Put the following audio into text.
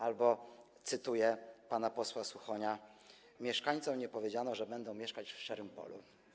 Albo cytuję pana posła Suchonia: mieszkańcom nie powiedziano, że będą mieszkać w szczerym polu.